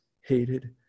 hated